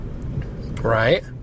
Right